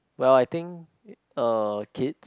well I think uh kids